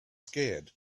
scared